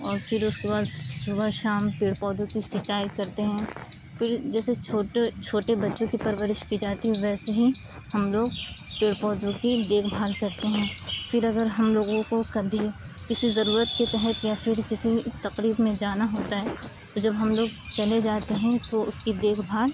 اور پھر اس کے بعد صبح شام پیڑ پودوں کی سینچائی کرتے ہیں تو یہ جیسے چھوٹے چھوٹے بچے کی پرورش کی جاتی ہے ویسے ہی ہم بھی پیڑ پودوں کی دیکھ بھال کرتے ہیں پھر اگر ہم لوگوں کو کبھی کسی ضرورت کے تحت یا پھر کسی تقریب میں جانا ہوتا ہے تو جب ہم لوگ چلے جاتے ہیں تو اس کی دیکھ بھال